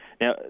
Now